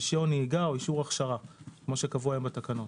רשיון נהיגה או אישור הכשרה כפי שקבוע היום בתקנות.